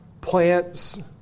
plants